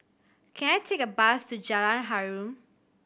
can I take a bus to Jalan Harum